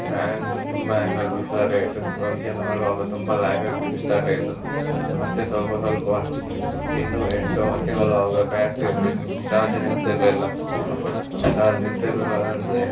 hunks ತುಂಬ ಆ್ಯಂಗ್ಲ್ ಆಗ್ಲಿಕ್ಕೆ ಸ್ಟಾಟ್ ಆಯಿತು ಪಬ್ಜಿ ಎಲ್ಲ ಆಡುವಾಗ ತುಂಬ ಲ್ಯಾಗ್ ಆಗಲಿಕ್ಕೆ ಸ್ಟಾಟ್ ಆಯಿತು ಮತ್ತೆ ಸ್ವಲ್ಪ ಸ್ವಲ್ಪ ಇನ್ನು ಎಂಟು ಒಂಬತ್ತು ತಿಂಗಳಾಗುವಾಗ ಬ್ಯಾಟ್ರಿಯಲ್ಲಿ ಚಾರ್ಜೆ ನಿಲ್ತಿರಲಿಲ್ಲ ಚಾರ್ಜ್ ನಿಲ್ತಿರ್ಲಿಲ್ಲ ಅಂದ್ರೆ